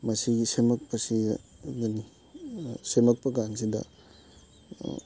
ꯃꯁꯤ ꯁꯦꯝꯃꯛꯄꯀꯥꯟꯁꯤꯗ